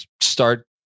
start